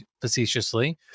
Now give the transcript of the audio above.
facetiously